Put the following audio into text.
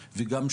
אגב,